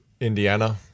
indiana